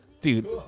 dude